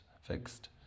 fixed